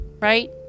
right